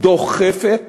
דוחפת